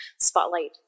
spotlight